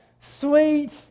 Sweet